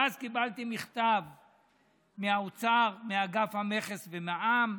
ואז קיבלתי מכתב מהאוצר, מאגף מכס ומע"מ: